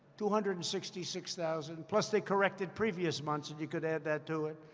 two hundred and sixty-six thousand. plus, they corrected previous months, and you could add that to it.